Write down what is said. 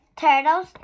turtles